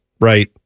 Right